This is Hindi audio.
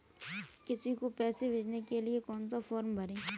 किसी को पैसे भेजने के लिए कौन सा फॉर्म भरें?